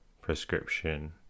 prescription